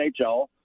NHL